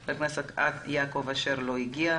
חבר הכנסת יעקב אשר לא הגיע,